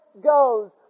goes